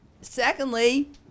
Secondly